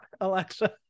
Alexa